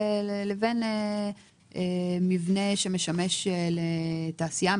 בין אם מדובר במבנה שמשמש לתעשייה,